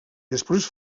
després